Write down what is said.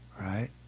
right